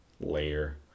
layer